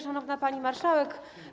Szanowna Pani Marszałek!